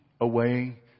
away